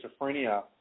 schizophrenia